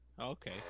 Okay